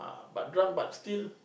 ah but drunk but still